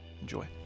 Enjoy